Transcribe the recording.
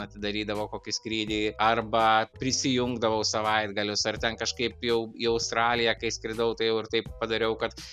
atidarydavo kokį skrydį arba prisijungdavau savaitgalius ar ten kažkaip jau į australiją kai skridau tai jau ir taip padariau kad